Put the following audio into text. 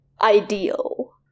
ideal